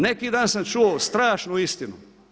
Neki dan sam čuo strašnu istinu.